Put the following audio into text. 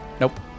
Nope